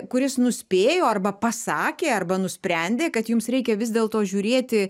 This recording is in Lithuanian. kuris nuspėjo arba pasakė arba nusprendė kad jums reikia vis dėlto žiūrėti